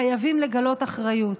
חייבים לגלות אחריות.